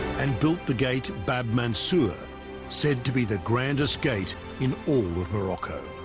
and built the gate bab-mansour said to be the grandest gate in all of morocco